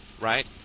right